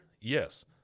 Yes